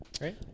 right